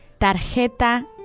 tarjeta